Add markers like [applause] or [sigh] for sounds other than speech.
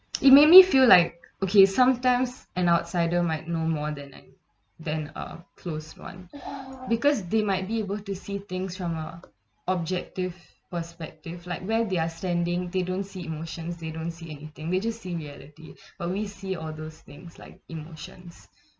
it made me feel like okay sometimes an outsider might know more than a than a close [one] because they might be able to see things from our objective perspective like where they're standing they don't see emotions they don't see anything they just see reality [breath] but we see all those things like emotions